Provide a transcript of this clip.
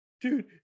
Dude